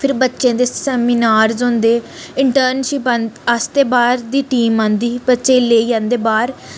फिर बच्चें दे सेमीनार्स होंदे इंटर्नशिप आस्तै बाह्र दी टीम आंदी बच्चें ई लेई जन्दे बाह्र